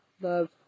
Love